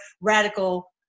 radical